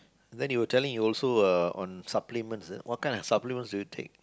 then you were telling you also uh on supplements is it what kind of supplements will you take